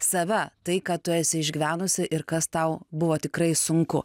save tai ką tu esi išgyvenusi ir kas tau buvo tikrai sunku